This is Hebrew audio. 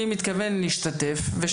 ואני מתכוון להשתתף בה.